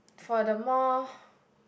for the more